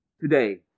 today